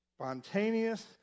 Spontaneous